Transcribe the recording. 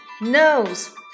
nose